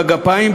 בגפיים,